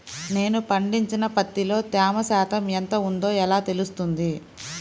నేను పండించిన పత్తిలో తేమ శాతం ఎంత ఉందో ఎలా తెలుస్తుంది?